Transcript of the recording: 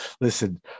listen